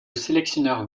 sélectionneur